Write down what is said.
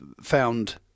found